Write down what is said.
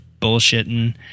bullshitting